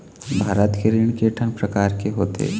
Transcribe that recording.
भारत के ऋण के ठन प्रकार होथे?